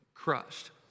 Crushed